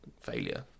failure